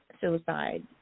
suicide